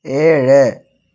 ഏഴ്